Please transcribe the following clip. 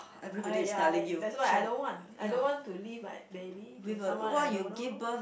I ya that's why I don't want I don't want to leave my baby to someone I don't know